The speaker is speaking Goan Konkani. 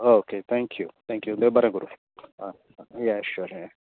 ओके थँक्यू थँक्यू देव बरें करूं आं या शुअर या